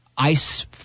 Ice